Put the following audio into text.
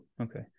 okay